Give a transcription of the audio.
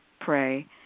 pray